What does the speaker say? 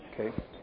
Okay